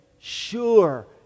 sure